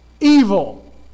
Evil